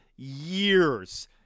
years